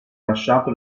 lasciato